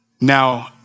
Now